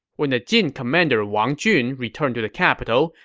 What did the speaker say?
when the jin commander wang jun returned to the capital,